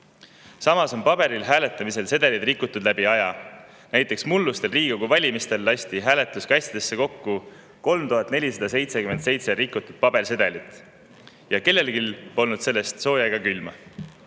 Samas on paberil hääletamisel sedeleid rikutud läbi aja, näiteks mullustel Riigikogu valimistel lasti hääletuskastidesse kokku 3477 rikutud pabersedelit, aga kellelgi polnud sellest sooja ega külma.